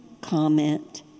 comment